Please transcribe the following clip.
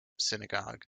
synagogue